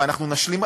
ואנחנו נשלים,